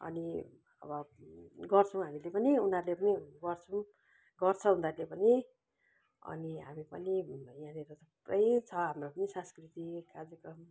अनि अब गर्छौँ हामीले पनि उनीहरूले पनि गर्छौँ गर्छ उनीहरूले पनि अनि हामी पनि यहाँनिर थुप्रै छ हाम्रो पनि सांस्कृतिक कार्यक्रम